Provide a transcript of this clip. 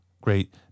Great